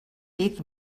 dit